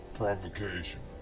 provocation